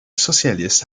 socialiste